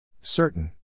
Certain